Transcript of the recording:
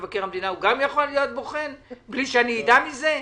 מבקר המדינה גם יכול להיות בוחן בלי שהוועדה תדע על כך?